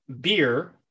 beer